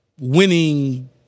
winning